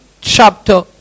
chapter